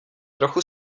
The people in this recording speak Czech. trochu